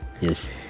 Yes